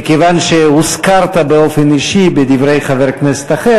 מכיוון שהוזכרת באופן אישי בדברי חבר כנסת אחר,